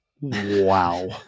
Wow